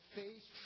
face